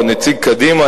או נציג קדימה,